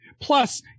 plus